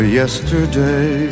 yesterday